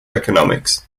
economics